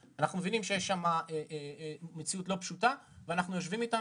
מבינים שיש שם מציאות לא פשוטה ואנחנו יושבים איתם.